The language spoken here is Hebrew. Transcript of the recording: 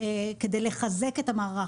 כדי לחזק את המערך.